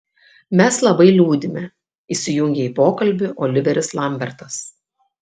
mes labai liūdime įsijungė į pokalbį oliveris lambertas